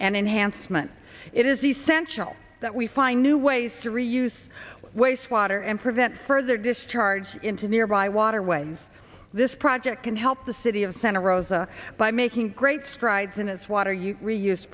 and enhancement it is essential that we find new ways to reuse waste water and prevent further discharge into nearby waterways this project can help the city of santa rosa by making great strides in its water